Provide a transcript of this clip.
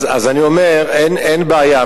אז אני אומר: אין בעיה.